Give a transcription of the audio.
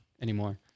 anymore